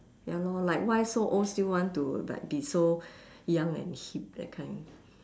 ya lor like why so old still want to like be so young and hip that kind